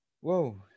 whoa